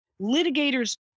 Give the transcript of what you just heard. litigators